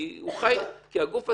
כי הגוף עצמו,